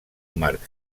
marc